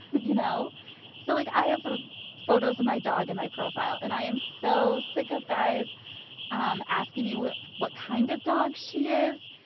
you know so like i have ah photos of my dog in my profile and i am so sick of guys um asking me what what kind of dog she is.